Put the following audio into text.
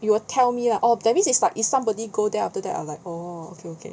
you will tell me lah oh that means it's like if somebody go there then after that then I like oh okay okay